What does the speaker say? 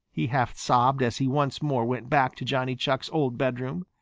he half sobbed as he once more went back to johnny chuck's old bedroom.